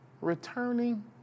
returning